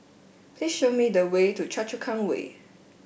please show me the way to Choa Chu Kang Way